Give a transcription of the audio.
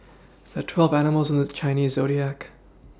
there are twelve animals in the Chinese zodiac